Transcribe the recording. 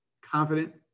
confident